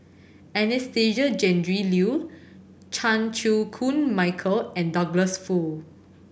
Anastasia Tjendri Liew Chan Chew Koon Michael and Douglas Foo